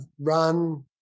run